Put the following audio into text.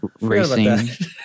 racing